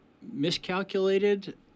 miscalculated